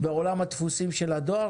בעולם הדפוסים של הדואר,